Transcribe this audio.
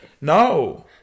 No